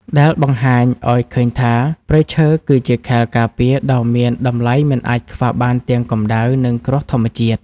ដែលបង្ហាញឱ្យឃើញថា ព្រៃឈើគឺជាខែលការពារដ៏មានតម្លៃមិនអាចខ្វះបានទាំងកម្ដៅ និងគ្រោះធម្មជាតិ។